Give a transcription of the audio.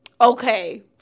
Okay